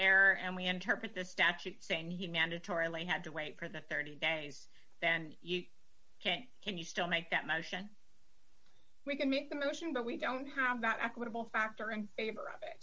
error and we interpret this statute saying he mandatorily had to wait for the thirty days then you can't can you still make that motion we can meet the mission but we don't have that equitable factor in favor of it